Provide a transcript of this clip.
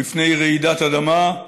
בפני רעידות אדמה,